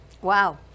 Wow